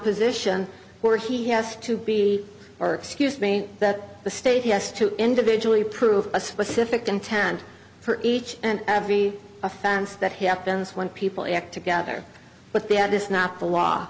position where he has to be or excuse me that the state yes to individually prove a specific untanned for each and every offense that happens when people act together but they had this not the law